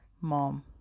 Mom